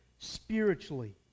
spiritually